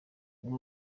umwe